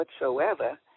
whatsoever